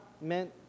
meant